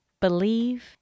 believe